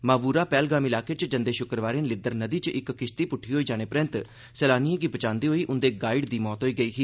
मावूरा पैहलगाम इलाके च जंदे शुक्रवारें लिद्दर नदी च इक किश्ती प्ट्टी होई जाने परैन्त सैलानिएं गी बचांदे होई उंदे गाईड दी मौत होई गेई ही